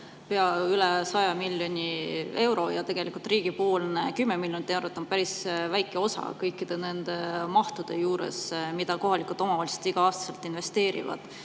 pea üle 100 miljoni euro. Riigipoolne 10 miljonit eurot on päris väike osa kõikide nende mahtude juures, mida kohalikud omavalitsused igal aastal investeerivad.